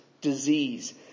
disease